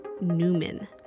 Newman